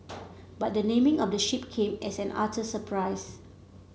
but the naming of the ship came as an utter surprise